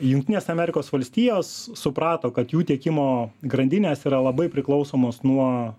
jungtinės amerikos valstijos suprato kad jų tiekimo grandinės yra labai priklausomos nuo